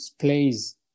plays